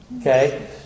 Okay